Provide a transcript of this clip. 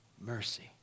Mercy